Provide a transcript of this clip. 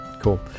Cool